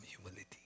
humility